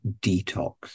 detox